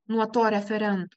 nuo to referento